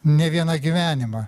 ne vieną gyvenimą